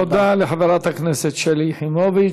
תודה לחברת הכנסת שלי יחימוביץ.